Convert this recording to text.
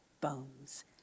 bones